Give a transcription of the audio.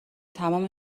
تمام